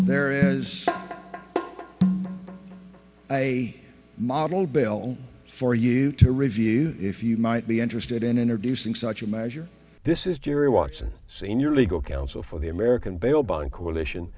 there is a model bill for year to review if you might be interested in interview saying such a measure this is jerry watson senior legal counsel for the american bail bond coalition